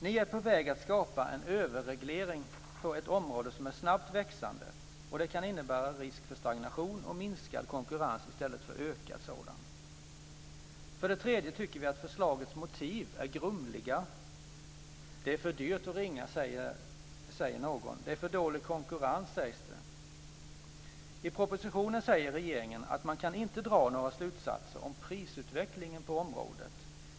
Ni är på väg att skapa en överreglering på ett område som är snabbt växande, och det kan innebära en risk för stagnation och minskad konkurrens i stället för ökad sådan. För det tredje tycker vi att förslagets motiv är grumliga. Det är för dyrt att ringa, säger någon. Det är för dålig konkurrens, sägs det. I propositionen säger regeringen att man inte kan dra några slutsatser om prisutvecklingen på området.